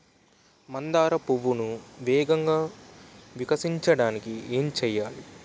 మందార పువ్వును వేగంగా వికసించడానికి ఏం చేయాలి?